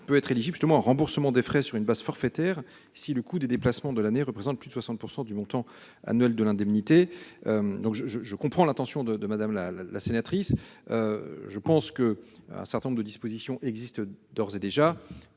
peut être éligible au remboursement de ses frais sur une base forfaitaire si le coût de ses déplacements de l'année représente plus de 60 % du montant annuel de son indemnité. Si je comprends l'intention de Mme la sénatrice, un certain nombre de dispositions existent d'ores et déjà.